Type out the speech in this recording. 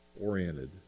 oriented